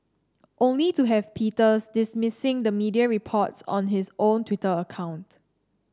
only to have Peters dismissing the media reports on his own Twitter account